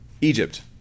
Egypt